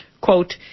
Quote